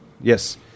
Yes